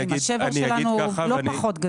השבר שלנו הוא לא פחות גדול.